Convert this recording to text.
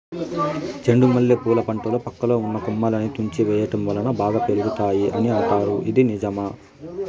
చెండు మల్లె పూల పంటలో పక్కలో ఉన్న కొమ్మలని తుంచి వేయటం వలన బాగా పెరుగుతాయి అని అంటారు ఇది నిజమా?